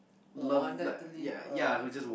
wanted to leave us